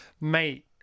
mate